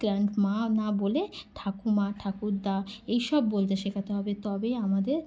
grandma না বলে ঠাকুমা ঠাকুরদা এইসব বলতে শেখাতে হবে তবেই আমাদের